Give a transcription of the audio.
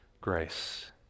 grace